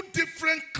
different